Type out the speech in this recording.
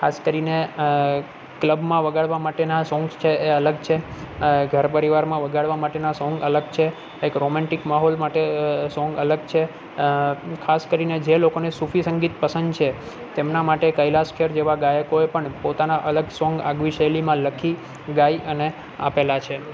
ખાસ કરીને ક્લબમાં વગાળવા માટેના સોંગ્સ છે એ અલગ છે ઘર પરિવારમાં વગાળવા માટેના સોંગ અલગ છે એક રોમેન્ટિક માહોલ માટે સોંગ અલગ છે ખાસ કરીને જે લોકોને સૂફી સંગીત પસંદ છે તેમના માટે કૈલાશ ખેર જેવા ગાયકોએ પણ પોતાના અલગ સોંગ આગવી શૈલીમાં લખી ગાઈ અને આપેલા છે